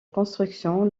construction